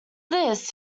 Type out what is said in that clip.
this